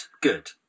good